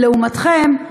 ולעומתכם,